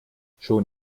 schon